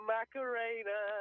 Macarena